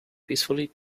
peacefully